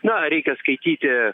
na reikia skaityti